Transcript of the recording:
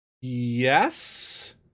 Yes